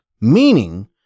meaning